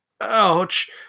ouch